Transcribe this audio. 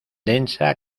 densa